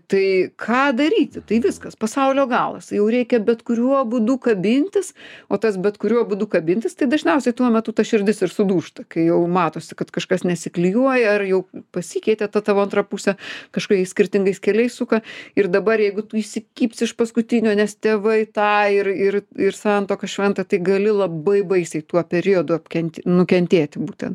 tai ką daryti tai viskas pasaulio galas jau reikia bet kuriuo būdu kabintis o tas bet kuriuo būdu kabintis tai dažniausiai tuo metu ta širdis ir sudūžta kai jau matosi kad kažkas nesiklijuoja ar jau pasikeitė ta tavo antra pusė kažkokiais skirtingais keliais suka ir dabar jeigu tu įsikibsi iš paskutinio nes tėvai tą ir ir ir santuoka šventa tai gali labai baisiai tuo periodu apkent nukentėti būtent